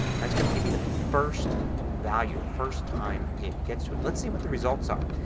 it's going to give me the first value. the first time it gets to it. let's see what the results are.